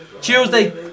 Tuesday